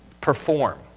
perform